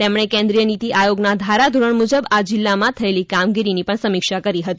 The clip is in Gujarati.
તેમણે કેન્દ્રિય નિતિ આયોગના ધારાધોરણ મુજબ આ જીલ્લામાં થયેલી કામગીરીની પણ સમીક્ષા કરી હતી